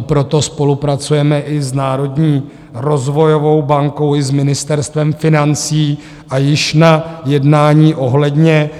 Proto spolupracujeme i s Národní rozvojovou bankou, i s Ministerstvem financí a již na jednání ohledně